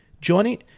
Johnny